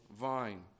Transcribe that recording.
vine